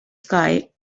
sky